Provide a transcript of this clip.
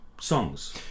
songs